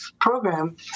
program